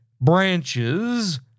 branches